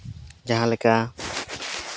ᱡᱟᱦᱟᱸ ᱞᱮᱠᱟ